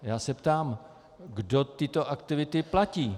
Já se ptám, kdo tyto aktivity platí.